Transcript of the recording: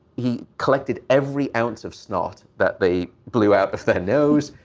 he collected every ounce of snot that they blew out of their nose,